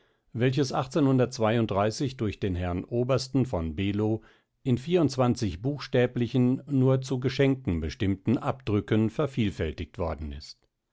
welches durch den herrn obersten von below in buchstäblichen nur zu geschenken bestimmten abdrücken vervielfältigt worden ist